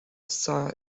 saw